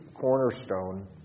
cornerstone